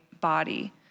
Body